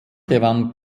gewann